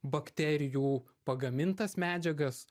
bakterijų pagamintas medžiagas